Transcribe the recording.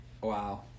wow